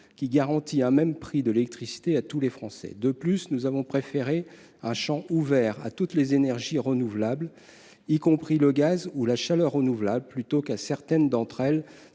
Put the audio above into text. qui garantit un même prix de l'électricité à tous les Français. De plus, nous avons préféré un champ ouvert à toutes les énergies renouvelables, y compris le gaz ou la chaleur renouvelable, plutôt qu'à certaines d'entre elles,